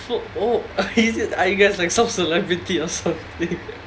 oh oh is it are you guys like some celebrity or something